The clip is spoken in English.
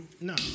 No